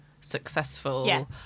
successful